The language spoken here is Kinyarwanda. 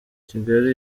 kigali